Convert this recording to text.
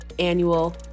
annual